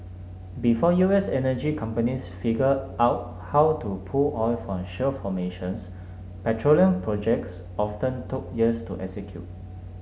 before U S energy companies figured out how to pull oil from shale formations petroleum projects often took years to execute